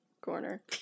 corner